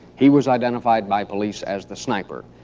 he was identified by police as the sniper.